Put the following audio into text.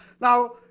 Now